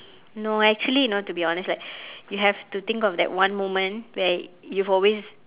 no actually no to be honest like you have to think of that one moment where you've always